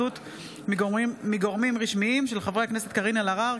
בהצעתם של חברי הכנסת קארין אלהרר,